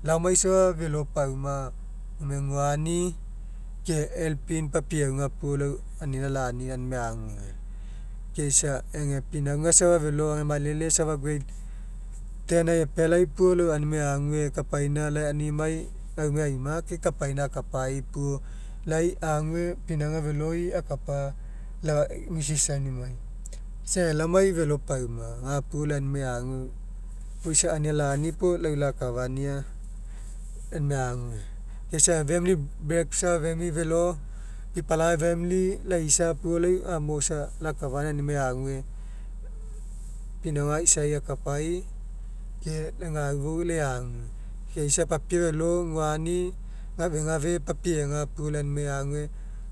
Laomai safa felopauma gkme guani ke helping papiega puo lau anina lani aunimai ague. Ke isa age pinauga safa felo age malele safa grade ten'ai epealai puo lau aunimai ague kapaina lai aunimai gaumai aima ke kapaina akapai'i puo lai ague pinauga feloi akapa lau mrs aunimai. Isa age laomai felo pauma gapuo lau aunimai agu isa anina lani puo lau lakafania aunimai ague ke isa ega famili safa family felo pipalagai famili laisa puo gamo isa lakafania aunimai ague pinauga isa akapai ke gau fou lai ague. Ke isa papie felo guani gafegafe papiega puo lau aunimai ague